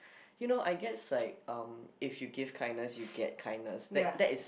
you know I guess like um if you give kindness you get kindness that that is